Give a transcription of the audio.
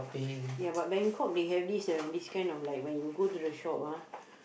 ya but Bangkok they have this uh this kind of like when you go to the shop ah